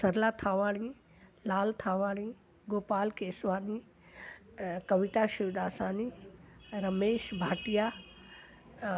सरला थावाणी लाल थावाणी गोपाल केसवानी ऐं कविता शिवदासानी ऐं रमेश भाटिया